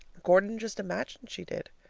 gordon just imagined she did.